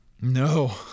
No